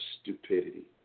stupidity